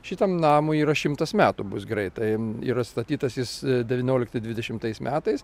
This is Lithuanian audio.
šitam namui yra šimtas metų bus greitai yra statytas jis devyniolikti dvidešimtais metais